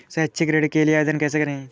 शैक्षिक ऋण के लिए आवेदन कैसे करें?